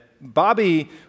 Bobby